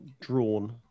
drawn